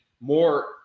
more